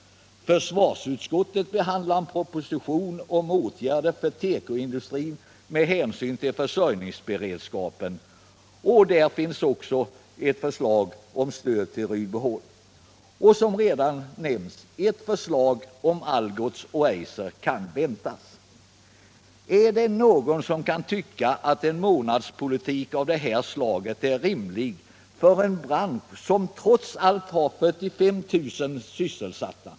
Försvarsutskottet behandlar en proposition om åtgärder för tekoindustrin med hänsyn till försörjningsberedskapen, och där finns också ett förslag om stöd till Rydboholm. Ett förslag om Algots och Eiser kan som sagt väntas. Kan någon tycka att en månadspolitik av detta slag är rimlig för en bransch som trots allt har 45 000 sysselsatta?